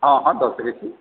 हॅं हॅं दऽ सकै छी